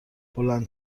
بلند